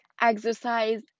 exercise